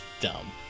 dumb